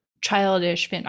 childish